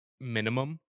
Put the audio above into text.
Minimum